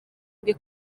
bwe